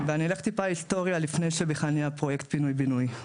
אני אלך טיפה היסטוריה לפני שבכלל נהייה פרויקט פינוי בינוי.